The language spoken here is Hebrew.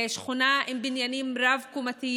שכונה עם בניינים רבי-קומות,